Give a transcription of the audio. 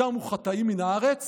"יתמו חטאים מן הארץ